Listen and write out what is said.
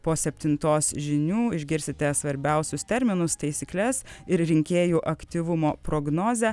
po septintos žinių išgirsite svarbiausius terminus taisykles ir rinkėjų aktyvumo prognozę